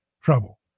trouble